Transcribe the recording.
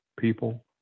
people